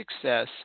success